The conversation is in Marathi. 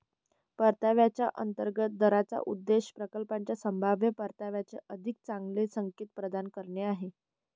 परताव्याच्या अंतर्गत दराचा उद्देश प्रकल्पाच्या संभाव्य परताव्याचे अधिक चांगले संकेत प्रदान करणे आहे